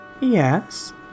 Yes